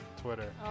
Twitter